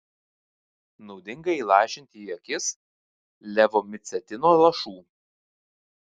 naudinga įlašinti į akis levomicetino lašų